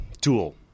tool